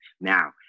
Now